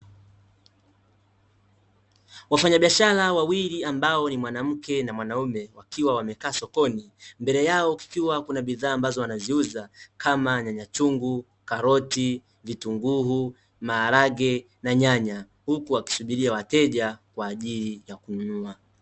Wafanyabiashara wawili ambao ni mwanamke na mwanaume, wakiwa wamekaa sokoni. Mbele yao kukiwa kuna bidhaa ambazo wanaziuza kama: nyanya chungu, karoti, vitunguu, maharage na nyanya; huku wakisubiria wateja kwa ajili ya kununua.